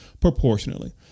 proportionally